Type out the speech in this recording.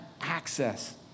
access